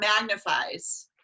magnifies